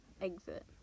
exit